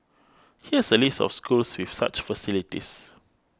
here's a list of schools with such facilities